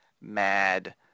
Mad